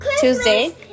Tuesday